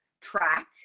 track